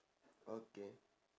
okay